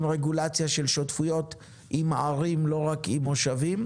רגולציה של שותפויות גם עם ערים ולא רק עם מושבים.